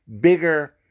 bigger